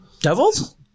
Devils